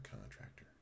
contractor